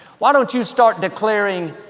why don't you start declaring,